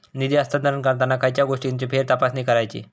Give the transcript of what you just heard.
निधी हस्तांतरण करताना खयच्या गोष्टींची फेरतपासणी करायची?